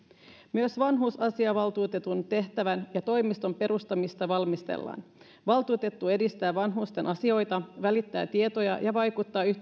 myös vanhusasiavaltuutetun tehtävän ja toimiston perustamista valmistellaan valtuutettu edistää vanhusten asioita välittää tietoja ja vaikuttaa yhteiskunnalliseen